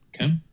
okay